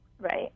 Right